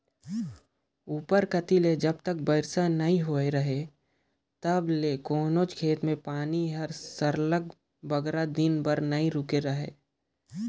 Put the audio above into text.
उपर कती ले जब तक बरिखा नी होए रहें तब ले कोनोच खेत में पानी हर सरलग बगरा दिन बर नी रूके रहे